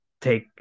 take